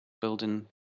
building